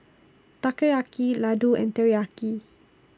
Takoyaki Ladoo and Teriyaki